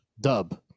dub